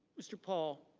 mr. paul.